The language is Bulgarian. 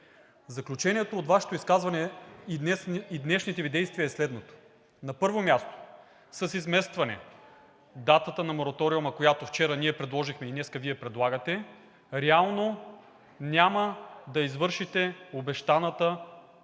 заключението от Вашето изказване и днешните Ви действия е следното: На първо място, с изместване датата на мораториума, която вчера ние предложихме и днес Вие предлагате, реално няма да извършите обещаните действия